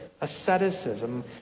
asceticism